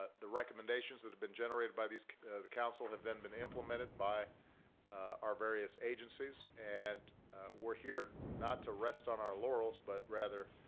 ah the recommendations that have been generated by the council have been been implemented by our various agencies, and we're here not to rest on our laurels, but rather,